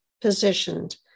positioned